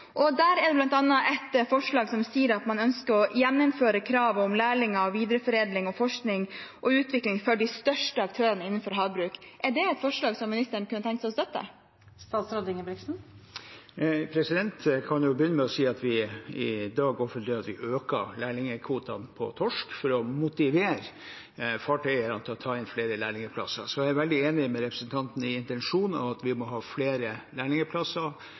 program. Der er det bl.a. et forslag om at man ønsker å gjeninnføre kravet om lærlinger, videreforedling og forskning og utvikling for de største aktørene innenfor havbruk. Er det et forslag som ministeren kunne tenke seg å støtte? Jeg kan begynne med å si at vi i dag offentliggjør at vi øker lærlingkvotene på torsk for å motivere fartøyeierne til å ta inn flere lærlingplasser. Så er jeg veldig enig med representanten i intensjonen og at vi må ha flere lærlingplasser